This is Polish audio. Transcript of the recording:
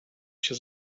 się